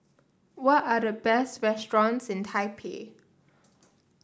what are the best restaurants in Taipei